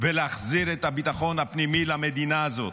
ולהחזיר את הביטחון הפנימי למדינה הזאת,